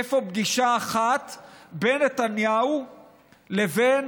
איפה פגישה אחת בין נתניהו לבין